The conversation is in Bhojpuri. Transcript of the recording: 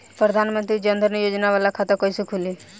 प्रधान मंत्री जन धन योजना वाला खाता कईसे खुली?